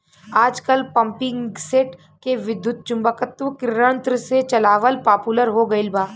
आजकल पम्पींगसेट के विद्युत्चुम्बकत्व यंत्र से चलावल पॉपुलर हो गईल बा